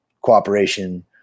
cooperation